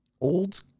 old